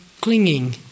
clinging